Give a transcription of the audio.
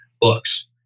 books